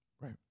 Right